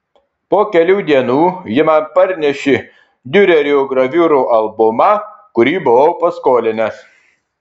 po kelių dienų ji man parnešė diurerio graviūrų albumą kurį buvau paskolinęs